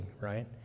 Right